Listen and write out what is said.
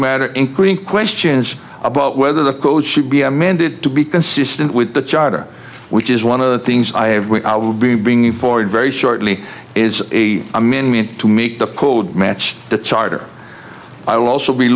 matter including questions about whether the code should be amended to be consistent with the charter which is one of the things i have when i will be bringing forward very shortly is a amendment to make the code match the charter i will also be